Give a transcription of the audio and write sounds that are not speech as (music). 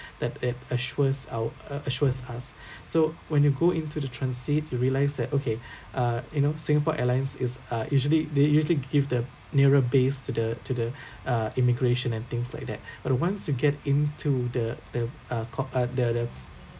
that it assures our uh assures us (breath) so when you go into the transit you realise that okay (breath) uh you know Singapore Airlines is uh usually they usually give the nearer base to the to the (breath) uh immigration and things like that (breath) but once you get into the the uh cock uh the the